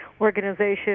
organization